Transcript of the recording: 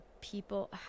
people